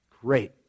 great